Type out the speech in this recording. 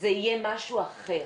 זה יהיה משהו אחר'.